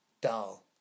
dull